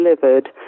delivered